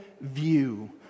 view